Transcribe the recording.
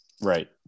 Right